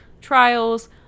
trials